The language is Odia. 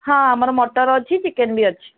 ହଁ ଆମର ମଟନ୍ ଅଛି ଚିକେନ୍ ବି ଅଛି